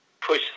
Push